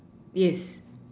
yes